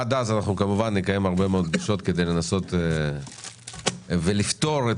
עד אז נקיים הרבה מאוד פגישות כדי לנסות לפתור את